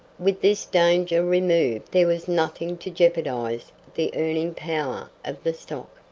with this danger removed there was nothing to jeopardize the earning power of the stock.